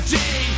day